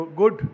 good